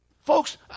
Folks